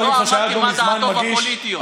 לא אמרתי מה דעתו הפוליטית.